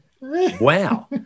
Wow